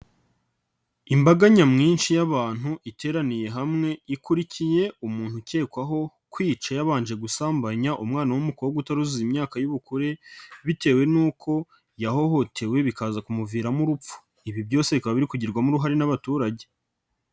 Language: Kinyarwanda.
Imbaga nyamwinshi y'abantu iteraniye hamwe ikurikiye umuntu ukekwaho kwica yabanje gusambanya umwana w'umukobwa utaruzuza imyaka y'ubukure bitewe n'uko yahohotewe bikaza kumuviramo urupfu, ibi byose bikaba biri kugirwamo uruhare n'abaturage.